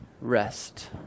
rest